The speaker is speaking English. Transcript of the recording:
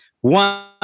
one